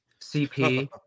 CP